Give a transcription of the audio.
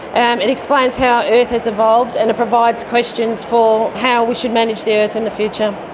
and it explains how earth has evolved and it provides questions for how we should manage the earth in the future.